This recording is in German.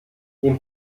den